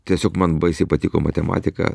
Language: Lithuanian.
tiesiog man baisiai patiko matematika